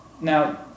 Now